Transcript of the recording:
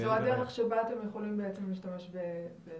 זו הדרך שבה אתם יכולים להשתמש בצילומים.